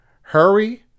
Hurry